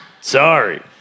Sorry